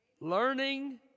Learning